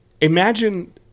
Imagine